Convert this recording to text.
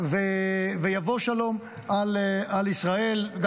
כראוי ויבוא שלום על ישראל,